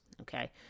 okay